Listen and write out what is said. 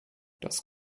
das